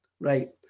Right